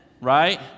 Right